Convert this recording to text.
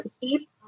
keep